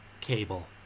Cable